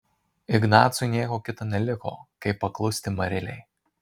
ignacui nieko kita neliko kaip paklusti marilei